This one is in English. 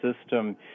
system